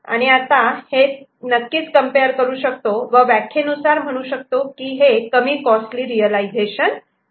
आणि आता आपण हे नक्कीच कम्पेअर करू शकतो व व्याख्येनुसार म्हणू शकतो की हे कमी कॉस्टली रियलायझेशन आहे